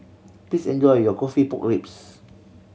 please enjoy your coffee pork ribs